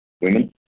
women